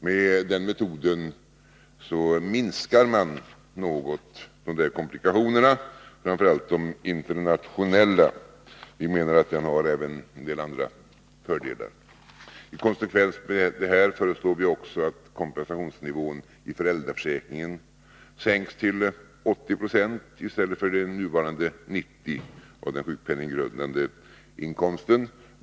Med den metoden minskar man något komplikationerna, framför allt de internationella. Vi menar att den har även en del andra fördelar. I konsekvens med detta föreslår vi också att kompensationsnivån i föräldraförsäkringen sänks till 80 9 i stället för den nuvarande 90 96 av den sjukpenninggrundande inkomsten.